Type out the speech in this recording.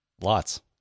Lots